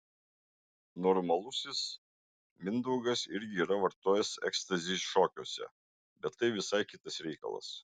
normalusis mindaugas irgi yra vartojęs ekstazį šokiuose bet tai visai kitas reikalas